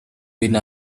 been